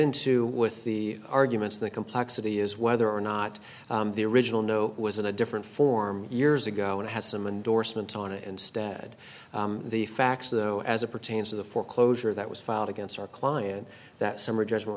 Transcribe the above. into with the arguments the complexity is whether or not the original know was in a different form years ago and has some indorsement on it instead the facts though as it pertains to the foreclosure that was filed against our client that summary judgment